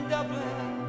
Dublin